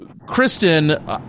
Kristen